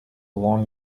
along